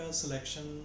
selection